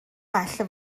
well